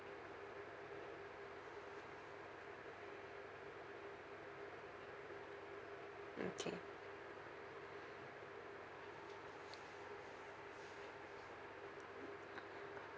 okay